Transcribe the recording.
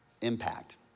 impact